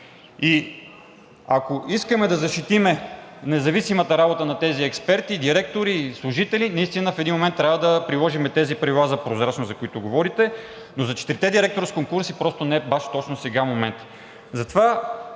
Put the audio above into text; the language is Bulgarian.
Ако искаме да защитим независимата работа на тези експерти, директори и служители, наистина в един момент трябва да приложим тези правила за прозрачност, за които говорите. За четиримата директори с конкурси просто не е баш точно сега моментът.